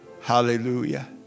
Hallelujah